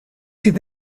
sydd